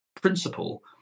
principle